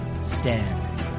stand